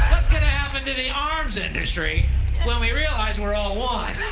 gonna happen to the arms industry when we realize we're all one?